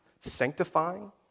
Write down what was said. sanctifying